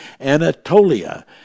Anatolia